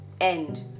end